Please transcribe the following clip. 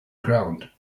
ground